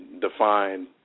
define